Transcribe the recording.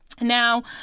Now